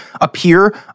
appear